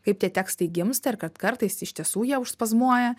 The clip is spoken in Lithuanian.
kaip tie tekstai gimsta ir kad kartais iš tiesų jie užspazmuoja